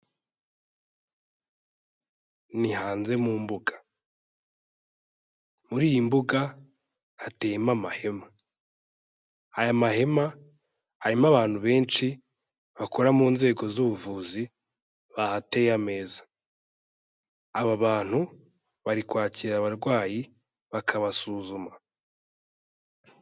Ni hanze mu mbuga. Muri iyi mbuga, hateyemo amahema. Aya mahema, harimo abantu benshi bakora mu nzego z'ubuvuzi, bahateye ameza. Aba bantu, bari kwakira abarwayi bakabasuzuma.